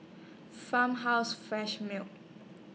Farmhouse Fresh Milk